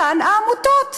אותן העמותות.